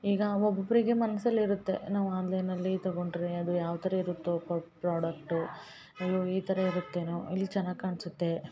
ಈಗ ಒಬ್ಬರಿಗೆ ಮನ್ಸಲ್ಲಿ ಇರುತ್ತೆ ನಾವು ಆನ್ಲೈನಲ್ಲಿ ತಗೊಂಡರೆ ಅದು ಯಾವ ಥರ ಇರುತ್ತೋ ಪ್ರಾಡಕ್ಟು ಅಯ್ಯೋ ಈ ಥರ ಇರತ್ತೇನೋ ಇಲ್ಲಿ ಚೆನ್ನಾಗಿ ಕಾಣ್ಸುತ್ತೆ